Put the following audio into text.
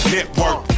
Network